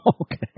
Okay